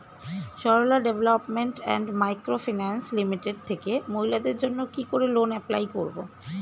Sarala development and micro finance limited থেকে মহিলাদের জন্য কি করে লোন এপ্লাই করব?